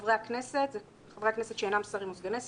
בחוק זה "חברי הכנסת" חברי הכנסת שאינם שרים או סגני שרים,